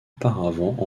auparavant